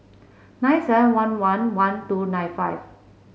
nine seven one one one two nine five